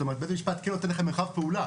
זאת אומרת בית המשפט כן נותן לכם מרחב פעולה.